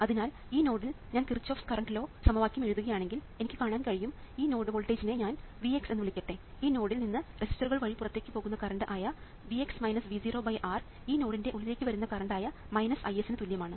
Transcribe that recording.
അതിനാൽ ഈ നോഡിൽ ഞാൻ Kirchhoff's current law Kirchhoffs current law സമവാക്യം എഴുതുകയാണെങ്കിൽ എനിക്ക് കാണാൻ കഴിയും ഈ നോഡ് വോൾട്ടേജ് നെ ഞാൻ Vx എന്ന് വിളിക്കട്ടെ ഈ നോഡിൽ നിന്ന് റെസിസ്റ്ററുകൾ വഴി പുറത്തേക്ക് പോകുന്ന കറണ്ട് ആയ R ഈ നോഡിൻറെ ഉള്ളിലേക്ക് വരുന്ന കറണ്ട് ആയ Is ന് തുല്യമാണ്